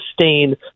sustain